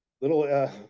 little